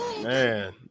man